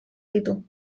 ditu